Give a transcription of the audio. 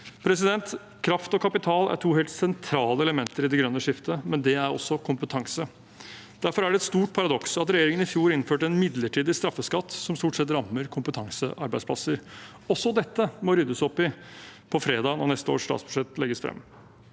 realitet. Kraft og kapital er to helt sentrale elementer i det grønne skiftet, men det er også kompetanse. Derfor er det et stort paradoks at regjeringen i fjor innførte en midlertidig straffeskatt, som stort sett rammer kompetansearbeidsplasser. Også dette må det ryddes opp i på fredag, når neste års statsbudsjett legges frem.